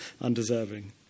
undeserving